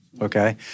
okay